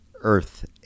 Earth